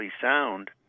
sound